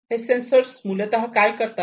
हे सेन्सर्स मूलतः काय करतात